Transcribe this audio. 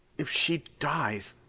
if she dies.